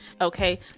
okay